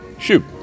shoot